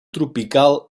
tropical